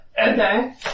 Okay